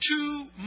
two